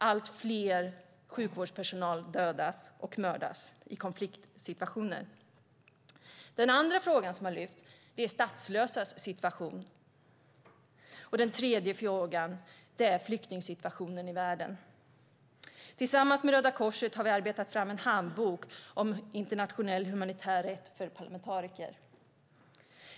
Allt fler i sjukvårdspersonalen dödas och mördas i konfliktsituationer. Den andra frågan som har lyfts upp är statslösas situation. Den tredje frågan är flyktingsituationen i världen. Tillsammans med Röda Korset har vi arbetat fram en handbok om internationell humanitär rätt för parlamentariker.